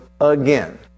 again